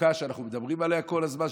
בחוקה שאנחנו מדברים עליה כל הזמן,